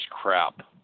crap